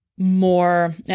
more